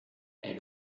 était